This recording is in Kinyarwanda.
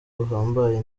buhambaye